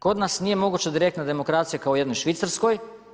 Kod nas nije moguća direktna demokracija kao u jednoj Švicarskoj.